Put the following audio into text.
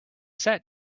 set